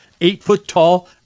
eight-foot-tall